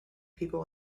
people